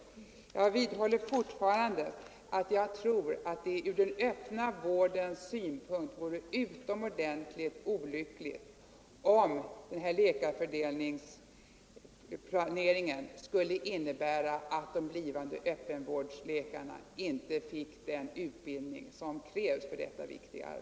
Jag vidhåller att det ur den öppna vårdens synpunkt vore utomordentligt olyckligt om läkarfördelningsplaneringen skulle innebära att de blivande öppenvårdsläkarna inte fick den utbildning som krävs för detta viktiga arbete.